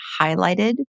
highlighted